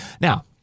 now